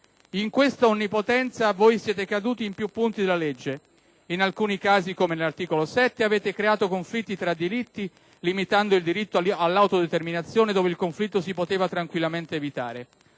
In questa onnipotenza, voi siete caduti in più punti della legge. In alcuni casi, come nell'articolo 7, avete creato conflitti tra diritti, limitando il diritto all'autodeterminazione, dove il conflitto si poteva tranquillamente evitare.